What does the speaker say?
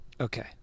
Okay